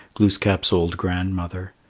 glooskap's old grandmother,